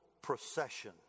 procession